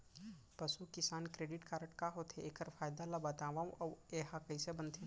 पसु किसान credit card का होथे, एखर फायदा ला बतावव अऊ एहा कइसे बनथे?